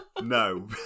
no